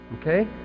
Okay